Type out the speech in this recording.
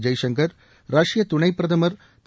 ஜெய்சங்கர் ரஷ்ய துணைப் பிரதமர் திரு